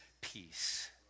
peace